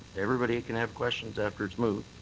everybody can have questions after it's moved.